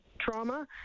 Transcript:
trauma